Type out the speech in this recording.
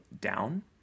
down